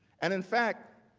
and in fact,